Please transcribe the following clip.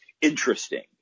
interesting